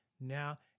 Now